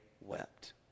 wept